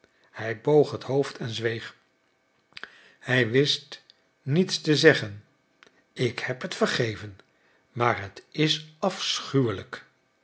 hij boog het hoofd en zweeg hij wist niets te zeggen ik heb het vergeven maar het is afschuwelijk